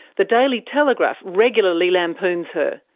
the daily telegraph regularly lampoons her.